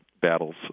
battles